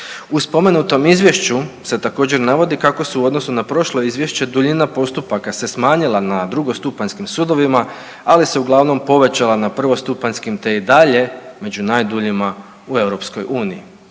U spomenutom izvješću se također navodi kako su u odnosu na prošlo izvješće duljina postupaka se smanjila na drugostupanjskim sudovima, ali se uglavnom povećala na prvostupanjskim te je i dalje među najduljima u EU.